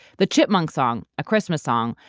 the chipmunk song, a christmas song,